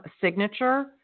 signature